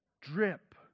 drip